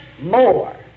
more